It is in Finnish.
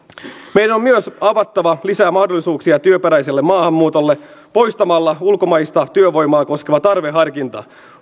meidän on myös avattava lisää mahdollisuuksia työperäiselle maahanmuutolle poistamalla ulkomaista työvoimaa koskeva tarveharkinta